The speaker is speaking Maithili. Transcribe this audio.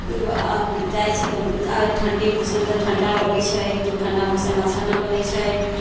जाइ छी तऽ आ ठंडी मौसम मे तऽ ठंडा लगै छै तऽ ठंडा मौसम अच्छा न लगै छै